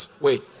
Wait